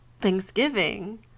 thanksgiving